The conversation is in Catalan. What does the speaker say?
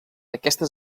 aquesta